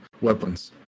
weapons